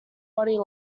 body